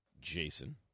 jason